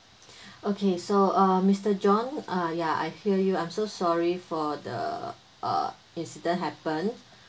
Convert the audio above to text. okay so uh mister john uh ya I hear you I'm so sorry for the uh incident happened